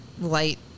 light